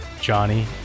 Johnny